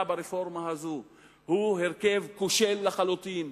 ברפורמה הזו הוא הרכב כושל לחלוטין,